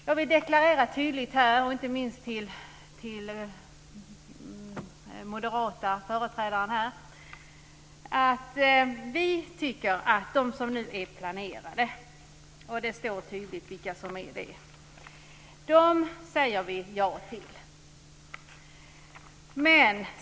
Jag vill deklarera tydligt, inte minst till den moderata företrädaren här, att vi tycker att de som nu är planerade, och det står tydligt vilka som är det, säger vi ja till.